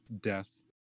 death